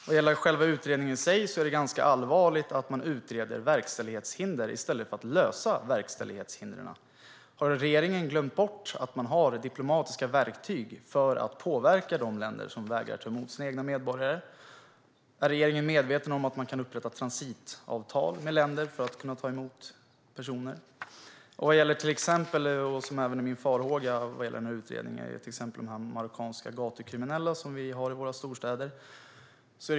Vad gäller utredningen i sig är det allvarligt att man låter utreda verkställighetshinder i stället för att lösa verkställighetshindren. Har regeringen glömt bort att det finns diplomatiska verktyg för att påverka de länder som vägrar att ta emot sina egna medborgare? Är regeringen medveten om att det går att upprätta transitavtal med länder för att ta emot personer? Min farhåga vad gäller utredningen berör de marockanska gatukriminella som finns i storstäderna.